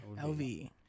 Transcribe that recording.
LV